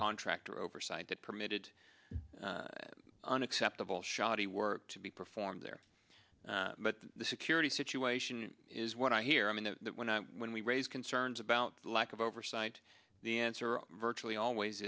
contractor oversight that permitted unacceptable shoddy work to be performed there but the security situation is what i hear i mean that when i when we raise concerns about lack of oversight the answer virtually always